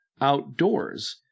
outdoors